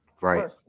right